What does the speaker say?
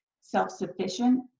self-sufficient